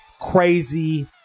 crazy